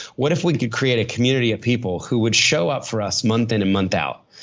what if we could create a community of people who would show up for us month in and month out?